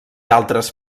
altres